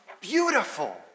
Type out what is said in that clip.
beautiful